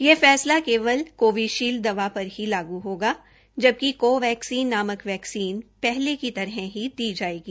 यह फैसला केवल कोविशील्ड दवा पर ही लागू होगा जबकि कोवैक्सीन नागक वैक्सीन पहले की तरह ही दी जायेगी